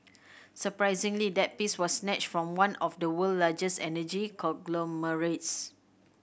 surprisingly that piece was snatched from one of the world largest energy conglomerates